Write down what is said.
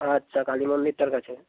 আচ্ছা কালী মন্দিরটার কাছে